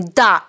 da